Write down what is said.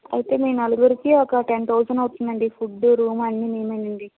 అయితే మీ నలుగురికి ఒక టెన్ థౌసండ్ అవుతుంది అండి ఫుడ్ రూమ్ అన్ని మేమెనండి